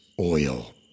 oil